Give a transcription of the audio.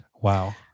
Wow